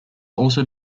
also